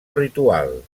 ritual